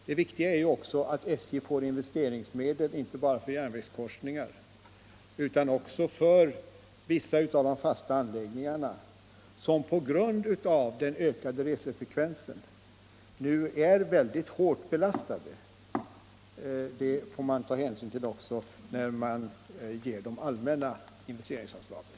Det viktiga är också att SJ får investeringsmedel inte bara för järnvägskorsningar utan även för vissa av de fasta anläggningarna som på grund av den ökande resefrekvensen nu är mycket hårt belastade. Det får vi ta hänsyn till när vi beviljar de allmänna investeringsanslagen.